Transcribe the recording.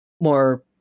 more